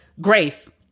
grace